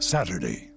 Saturday